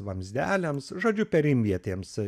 vamzdeliams žodžiu perimvietėms